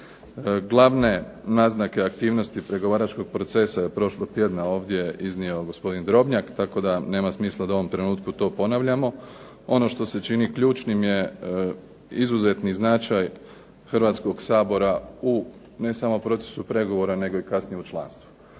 Glavne naznake aktivnosti pregovaračkog procesa je prošlog tjedna je ovdje iznio gospodin Drobnjak, tako da nema smisla da u ovom trenutku to ponavljamo. Ono što se čini ključnim je izuzetni značaj Hrvatskog sabora u ne samo procesu pregovora nego kasnije u članstvu.